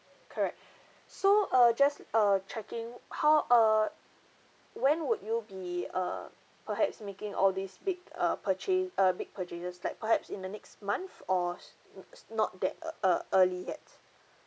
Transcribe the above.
correct so uh just uh checking how err when would you be err perhaps making all these big uh purchase uh big purchases like perhaps in the next month or n~ not that uh ea~ early yet